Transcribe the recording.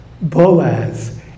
Boaz